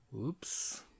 Oops